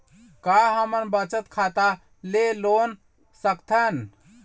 का हमन बचत खाता ले लोन सकथन?